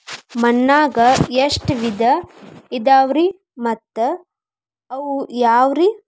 ಮಣ್ಣಾಗ ಎಷ್ಟ ವಿಧ ಇದಾವ್ರಿ ಮತ್ತ ಅವು ಯಾವ್ರೇ?